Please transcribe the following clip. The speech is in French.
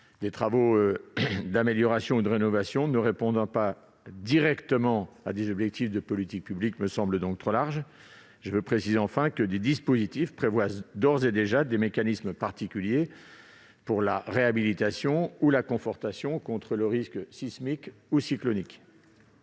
Des travaux d'amélioration ou de rénovation ne répondant pas directement à ces objectifs de politiques publiques me semblent trop larges. Enfin, des dispositifs prévoient d'ores et déjà des mécanismes particuliers pour la réhabilitation ou la confortation contre le risque sismique et cyclonique.